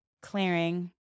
clearing